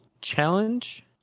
challenge